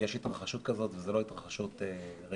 שיש התרחשות כזו והיא לא התרחשות רגילה.